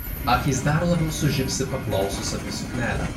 akys dar labiau sužibsi paklausus apie suknelę